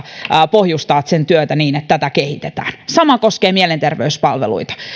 pohjustaa seuraavan hallituksen työtä niin että tätä kehitetään sama koskee mielenterveyspalveluita